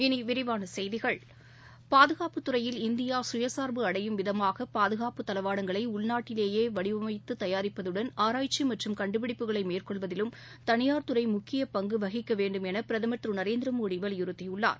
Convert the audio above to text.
இனி விரிவான செய்திகள் பாதுகாப்பு துறையில் இந்தியா சுயசார்பு அடையும் விதமாக பாதுகாப்பு தளவாடங்களை உள்நாட்டிலேயே வடிவமைத்து தயாரிப்பதுடன் ஆராய்ச்சி மற்றும் கண்டுபிடிப்புகளை மேற்கொள்வதிலும் தனியார் துறை முக்கிய பங்கு வகிக்க வேண்டும் என பிரதமர் திரு நரேந்திர மோடி வலியுறுத்தியுள்ளார்